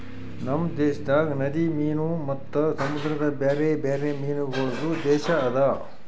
ನಮ್ ದೇಶದಾಗ್ ನದಿ ಮೀನು ಮತ್ತ ಸಮುದ್ರದ ಬ್ಯಾರೆ ಬ್ಯಾರೆ ಮೀನಗೊಳ್ದು ದೇಶ ಅದಾ